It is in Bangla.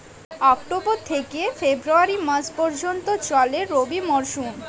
অক্টোবর থেকে ফেব্রুয়ারি মাস পর্যন্ত চলে রবি মরসুম